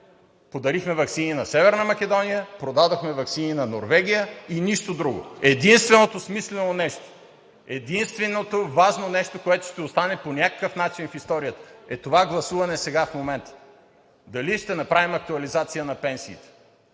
подарихме ваксини на Северна Македония, продадохме ваксини на Норвегия и нищо друго. Единственото смислено нещо, единственото важно нещо, което ще остане по някакъв начин в историята, е това гласуване сега, в момента – дали ще направим актуализация на пенсиите.